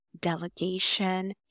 delegation